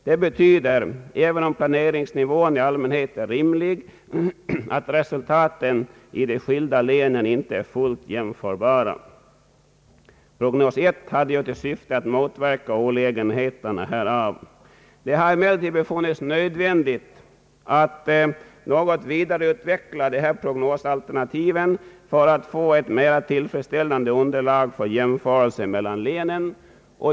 Detta betyder — även om planeringsnivån i allmänhet är rimlig att resultaten i de skilda länen inte är fullt jämförbara. Prognos 1 hade till syfte att motverka olägenheterna härav. Det har emellertid befunnits nödvändigt att något vidareutveckla detta prognosalternativ för att få ett mera tillfredsställande underlag för jämförelse mellan länen.